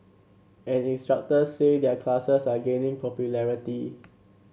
and instructors say their classes are gaining popularity